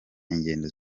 ingendo